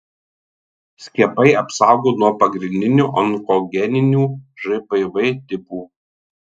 skiepai apsaugo nuo pagrindinių onkogeninių žpv tipų